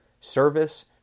service